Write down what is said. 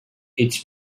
its